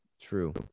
true